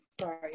sorry